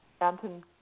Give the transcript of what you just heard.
Anton